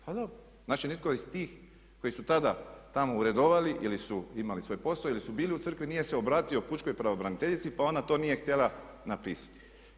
Pa dobro, znači nitko iz tih koji su tada tamo uredovali ili su imali svoj posao ili su bili u crkvi nije se obratio pučkoj pravobraniteljici pa ona to nije htjela napisati.